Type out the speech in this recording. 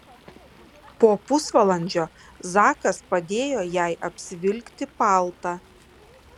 po pusvalandžio zakas padėjo jai apsivilkti paltą